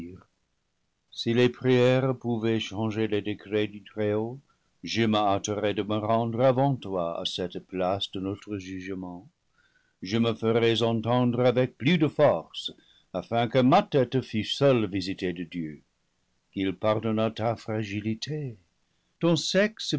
si les prières pouvaient changer les décrets du très-haut je me hâterais de me rendre avant toi à cette place de notre jugement je me ferais entendre avec plus de force afin que ma tête fût seule visitée de dieu qu'il pardonnât ta fragilité ton sexe